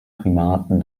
primaten